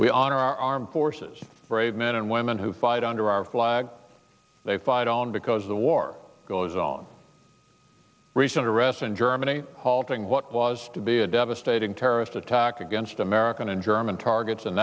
honor our armed forces brave men and women who fight under our flag they fight on because the war goes on recent arrest in germany halting what was to be a devastating terrorist attack against american and german targets in